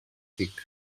tic